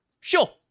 sure